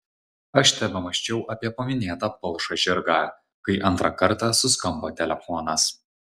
aš tebemąsčiau apie paminėtą palšą žirgą kai antrą kartą suskambo telefonas